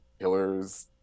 killers